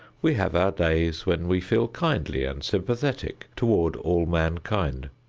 we have our days when we feel kindly and sympathetic toward all mankind.